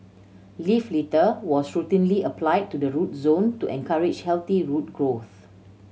leaf litter was routinely applied to the root zone to encourage healthy root growth